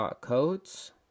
Codes